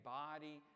body